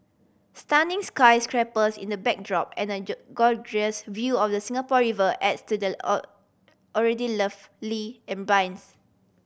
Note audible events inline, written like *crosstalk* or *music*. stunning sky scrapers in the backdrop and a *unintelligible* gorgeous view of the Singapore River adds to the *hesitation* already lovely ambience